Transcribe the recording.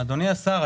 אדוני השר,